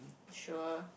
sure